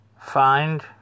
find